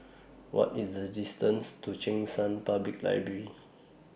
What IS The distance to Cheng San Public Library